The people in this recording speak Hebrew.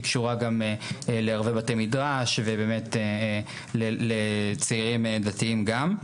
קשורה גם להרבה בתי מדרש ובאמת לצעירים דתיים גם.